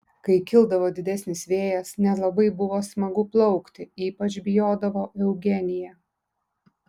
kai kildavo didesnis vėjas nelabai buvo smagu plaukti ypač bijodavo eugenija